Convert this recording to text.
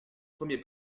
premier